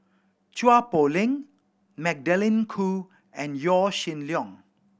Chua Poh Leng Magdalene Khoo and Yaw Shin Leong